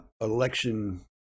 election